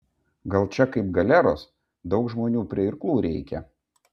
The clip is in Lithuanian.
gal čia kaip galeros daug žmonių prie irklų reikia